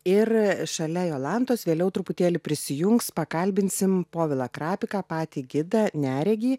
ir šalia jolantos vėliau truputėlį prisijungs pakalbinsim povilą krapiką patį gidą neregį